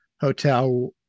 hotel